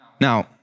Now